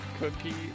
cookie